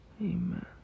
Amen